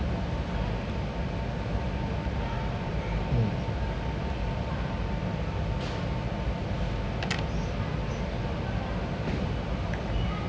mm